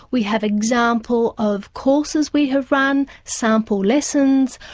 we have example of courses we have run, sample lessons,